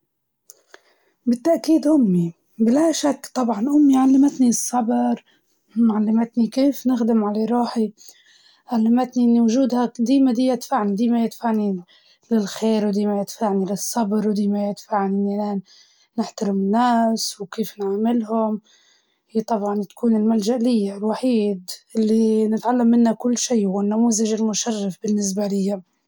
أكيد صديقتي هي كانت ديما تبقول لي إنه مستقبلي بإيدي، وإنه القوة الحقيقية هي الصبر، علمتني نواجه الحياة بابتسامة.